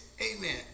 Amen